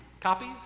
copies